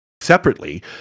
separately